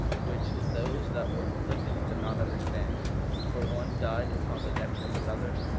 which those that were afflicted could not understand for one died upon the neck of another,